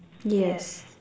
yes